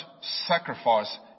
sacrifice